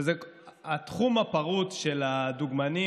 אדוני היושב-ראש, בבקשה, חבר הכנסת רון.